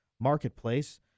marketplace